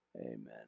Amen